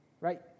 Right